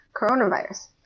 coronavirus